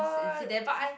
and sit there but I